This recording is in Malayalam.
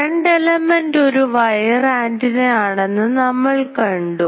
കറണ്ട് എലമെൻറ് ഒരു വയർ ആൻറി നാ ആണെന്ന് നമ്മൾ കണ്ടു